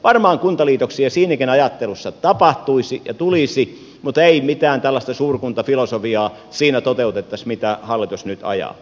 varmaan kuntaliitoksia siinäkin ajattelussa tapahtuisi ja tulisi mutta ei mitään tällaista suurkuntafilosofiaa siinä toteutettaisi mitä hallitus nyt ajaa